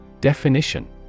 Definition